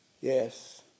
Yes